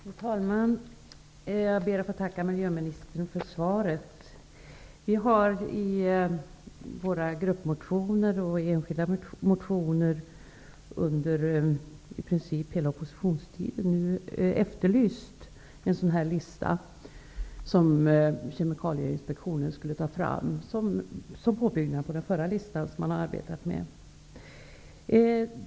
Fru talman! Jag ber att få tacka miljöministern för svaret. Vi socialdemokrater har i våra gruppmotioner och i enskilda motioner under i princip hela oppositionstiden efterlyst en lista som Kemikalieinspektionen skulle ta fram som en påbyggnad av den förra listan som man där har arbetat med.